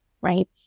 right